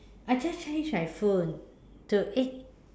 I just change my phone to eight